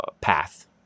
path